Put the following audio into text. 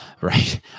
right